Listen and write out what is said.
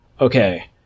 okay